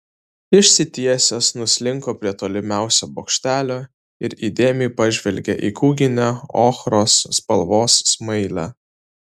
išsitiesęs nuslinko prie tolimiausio bokštelio ir įdėmiai pažvelgė į kūginę ochros spalvos smailę